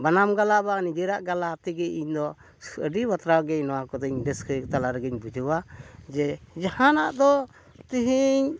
ᱵᱟᱱᱟᱢ ᱜᱟᱞᱟ ᱵᱟ ᱱᱤᱡᱮᱨᱟᱜ ᱜᱟᱞᱟ ᱛᱮᱜᱮ ᱤᱧ ᱫᱚ ᱟᱹᱰᱤ ᱵᱟᱛᱨᱟᱣ ᱜᱮ ᱱᱚᱣᱟ ᱠᱚᱫᱚᱧ ᱨᱟᱹᱥᱠᱟᱹ ᱛᱟᱞᱟ ᱨᱮᱜᱮᱧ ᱵᱩᱡᱷᱟᱹᱣᱟ ᱡᱮ ᱡᱟᱦᱟᱱᱟᱜ ᱫᱚ ᱛᱮᱦᱮᱧ